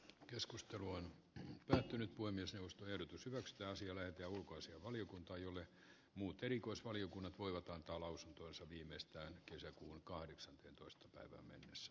keskustelu on päättynyt kuin myös nostoehdotus vastaa silmät ja ulkoisia valiokunta jolle muut erikoisvaliokunnat voivat antaa lausuntonsa viimeistään kesäkuun kahdeksanteentoista mahdollisuus onnistua